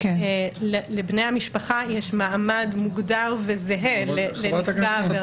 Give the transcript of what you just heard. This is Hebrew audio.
לבני המשפחה יש מעמד מוגדר וזהה לנפגע העבירה.